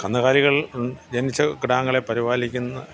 കന്നുകാലികൾ ജനിച്ച കിടാങ്ങളെ പരിപാലിക്കുന്ന